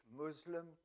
Muslim